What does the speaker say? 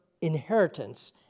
inheritance